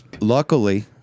Luckily